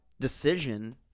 decision